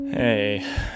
Hey